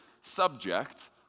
subject